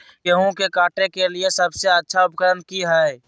गेहूं के काटे के लिए सबसे अच्छा उकरन की है?